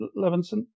Levinson